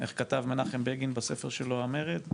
איך כתב מנחם בגין בספר שלו 'המרד'